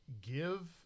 give